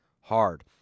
hard